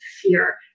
fear